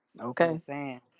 okay